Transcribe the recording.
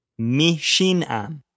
Mishinam